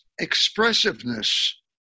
expressiveness